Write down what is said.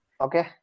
Okay